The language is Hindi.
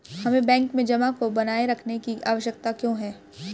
हमें बैंक में जमा को बनाए रखने की आवश्यकता क्यों है?